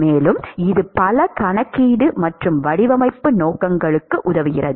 மேலும் இது பல கணக்கீடு மற்றும் வடிவமைப்பு நோக்கங்களுக்கு உதவுகிறது